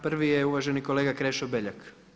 Prvi je uvaženi kolega Krešo Beljak.